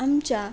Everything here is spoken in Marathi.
आमच्या